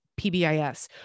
PBIS